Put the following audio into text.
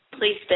please